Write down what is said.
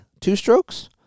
two-strokes